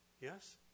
Yes